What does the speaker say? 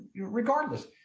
regardless